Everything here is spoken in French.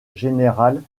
général